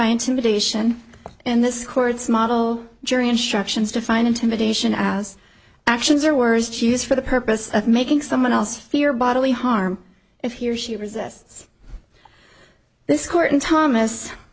by intimidation and this court's model jury instructions to find intimidation as actions or words to use for the purpose of making someone else fear bodily harm if he or she resists this court and thomas